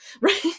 right